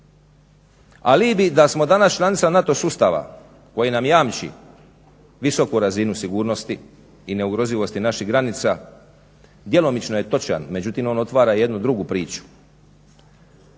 Alibi da smo danas članica NATO sustava koji nam jamči visoku razinu sigurnosti i neugrozivosti naših granica djelomično je točan, međutim on otvara jednu drugu priču.